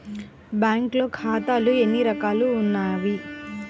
బ్యాంక్లో ఖాతాలు ఎన్ని రకాలు ఉన్నావి?